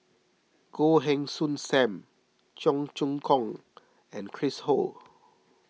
Goh Heng Soon Sam Cheong Choong Kong and Chris Ho